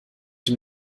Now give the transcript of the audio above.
dem